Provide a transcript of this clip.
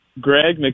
Greg